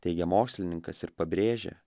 teigia mokslininkas ir pabrėžia